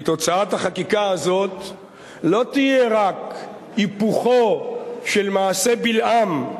כי תוצאת החקיקה הזאת לא תהיה רק היפוכו של מעשה בלעם,